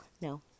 no